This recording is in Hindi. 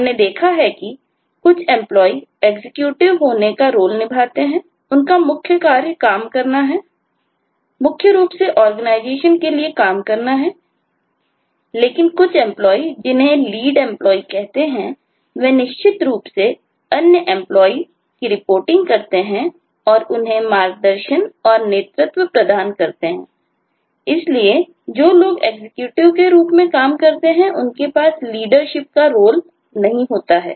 हमने देखा है कि कुछ Employee Executive होने का रोल नहीं होता है